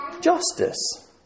justice